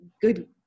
good